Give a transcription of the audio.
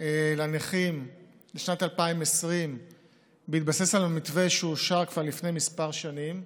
לנכים לשנת 2020 בהתבסס על המתווה שאושר כבר לפני כמה שנים,